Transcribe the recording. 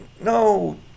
no